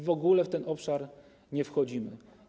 W ogóle w ten obszar nie wchodzimy.